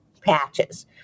patches